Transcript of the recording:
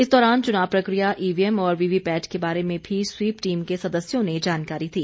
इस दौरान चुनाव प्रक्रिया ईवीएम और वीवीपैट के बारे में भी स्वीप टीम के सदस्यों ने जानकारी दी